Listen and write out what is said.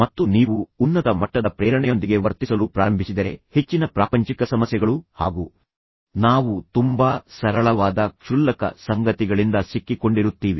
ಮತ್ತು ನೀವು ಉನ್ನತ ಮಟ್ಟದ ಪ್ರೇರಣೆಯೊಂದಿಗೆ ವರ್ತಿಸಲು ಪ್ರಾರಂಭಿಸಿದರೆ ಹೆಚ್ಚಿನ ಪ್ರಾಪಂಚಿಕ ಸಮಸ್ಯೆಗಳು ಹಾಗು ನಾವು ಸಾಮಾನ್ಯವಾಗಿ ಅವ್ಯವಸ್ಥೆಗೆ ಒಳಗಾಗುತ್ತೇವೆ ನಾವು ತುಂಬಾ ಸರಳವಾದ ಕ್ಷುಲ್ಲಕ ಸಂಗತಿಗಳಿಂದ ಸಿಕ್ಕಿಕೊಂಡಿರುತ್ತೀವಿ